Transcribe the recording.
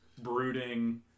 brooding